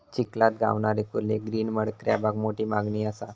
चिखलात गावणारे कुर्ले ग्रीन मड क्रॅबाक मोठी मागणी असा